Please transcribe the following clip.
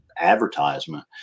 advertisement